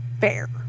Fair